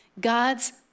God's